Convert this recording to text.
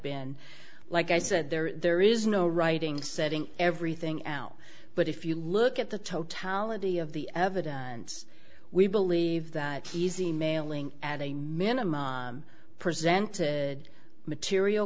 been like i said there is no writing setting everything out but if you look at the totality of the evidence we believe that he's emailing at a minimum presented material